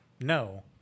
no